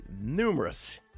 numerous